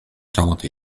quarante